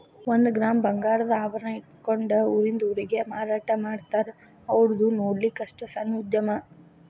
ಒಂದ ಗ್ರಾಮ್ ಬಂಗಾರದ ಆಭರಣಾ ಇಟ್ಕೊಂಡ ಊರಿಂದ ಊರಿಗೆ ಮಾರಾಟಾಮಾಡ್ತಾರ ಔರ್ದು ನೊಡ್ಲಿಕ್ಕಸ್ಟ ಸಣ್ಣ ಉದ್ಯಮಾ